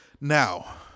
Now